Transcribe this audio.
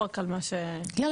או רק על מה ש- לא,